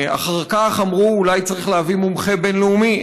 אחר כך אמרו: אולי צריך להביא מומחה בין-לאומי.